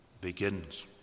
begins